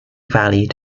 rallied